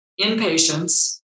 inpatients